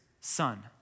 son